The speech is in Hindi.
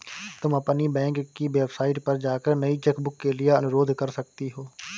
तुम अपनी बैंक की वेबसाइट पर जाकर नई चेकबुक के लिए अनुरोध कर सकती हो